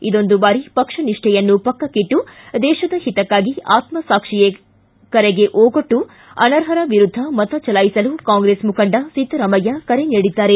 ಇದೊಂದು ಬಾರಿ ಪಕ್ಷನಿಷ್ಠೆಯನ್ನು ಪಕ್ಷಕಿಟ್ಟು ದೇಶದ ಹಿತಕ್ಕಾಗಿ ಆತ್ಪಸಾಕ್ಷಿಯ ಕರೆಗೆ ಓಗೊಟ್ಟು ಅನರ್ಹರ ವಿರುದ್ಧ ಮತ ಚಲಾಯಿಸಲು ಕಾಂಗ್ರಸ್ ಮುಖಂಡ ಸಿದ್ದರಾಮಯ್ಯ ಕರೆ ನೀಡಿದ್ದಾರೆ